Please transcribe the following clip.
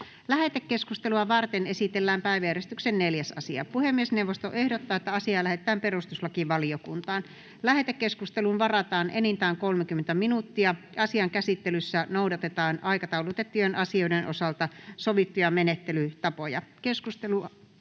Lähetekeskustelua varten esitellään päiväjärjestyksen 4. asia. Puhemiesneuvosto ehdottaa, että asia lähetetään perustuslakivaliokuntaan. Lähetekeskusteluun varataan enintään 30 minuuttia. Asian käsittelyssä noudatetaan aikataulutettujen asioiden osalta sovittuja menettelytapoja. — Ministeri